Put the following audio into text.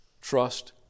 trust